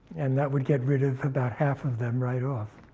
and that would get rid of about half of them right off.